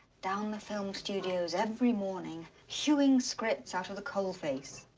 down the film studios every morning hewing scripts out of the coalface.